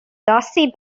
dusty